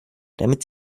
damit